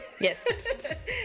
yes